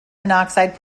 monoxide